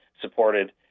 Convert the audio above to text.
supported